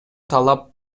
талап